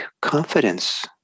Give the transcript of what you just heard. confidence